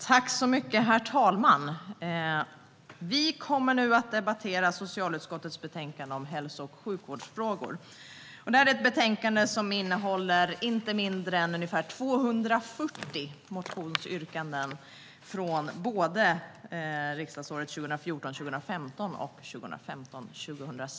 Herr talman! Vi ska nu debattera socialutskottets betänkande om hälso och sjukvårdsfrågor. Betänkandet innehåller inte mindre än ca 240 motioner från riksdagsåren 2014 16.